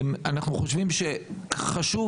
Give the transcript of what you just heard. אנחנו חושבים שחשוב,